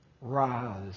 rise